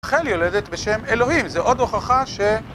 רחל יולדת בשם אלוהים, זו עוד הוכחה ש...